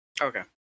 Okay